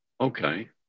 Okay